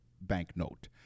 banknote